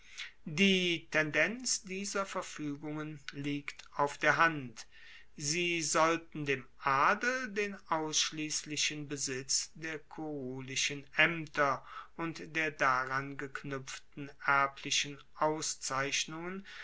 die tendenz dieser verfuegungen liegt auf der hand sie sollten dem adel den ausschliesslichen besitz der kurulischen aemter und der daran geknuepften erblichen auszeichnungen